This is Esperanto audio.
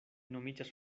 nomiĝas